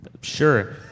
Sure